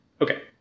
Okay